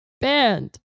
band